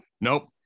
nope